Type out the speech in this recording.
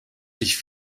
sich